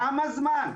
כמה זמן?